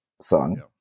song